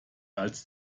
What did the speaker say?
als